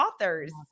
authors